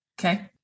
Okay